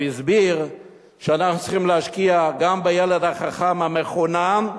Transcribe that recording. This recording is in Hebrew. הוא הסביר שאנחנו צריכים להשקיע גם בילד החכם המחונן,